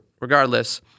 regardless